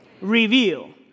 Reveal